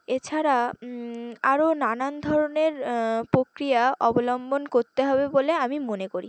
এছাড়া আরও নানান ধরনের প্রক্রিয়া অবলম্বন করতে হবে বলে আমি মনে করি